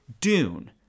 Dune